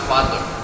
Father